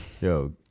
yo